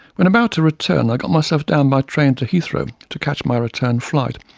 when about to return, i got myself down by train to heathrow to catch my return flight,